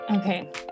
Okay